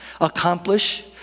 Accomplish